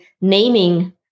naming